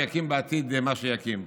שיקים בעתיד מה שיקים.